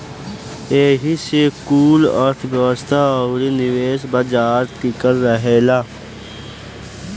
एही से कुल अर्थ्व्यवस्था अउरी निवेश बाजार टिकल रहेला